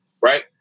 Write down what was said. right